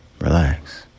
Relax